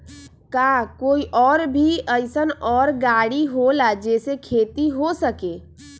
का कोई और भी अइसन और गाड़ी होला जे से खेती हो सके?